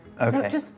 Okay